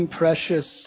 precious